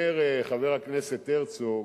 אומר חבר הכנסת הרצוג,